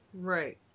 Right